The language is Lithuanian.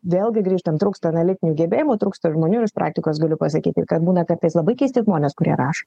vėlgi grįžtam trūksta analitinių gebėjimų trūksta žmonių ir iš praktikos galiu pasakyti kad būna kartais labai keisti žmonės kurie rašo